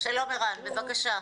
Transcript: שלום ערן, בבקשה.